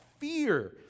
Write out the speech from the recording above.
fear